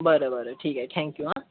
बरं बरं ठीक आहे थँक यू हा